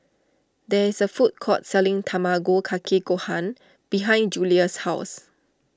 there is a food court selling Tamago Kake Gohan behind Julia's house